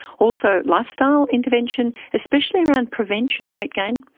also lifestyle intervention, especially around prevention of weight gain.